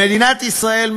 במדינת ישראל,